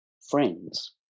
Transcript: friends